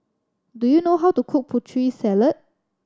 do you know how to cook Putri Salad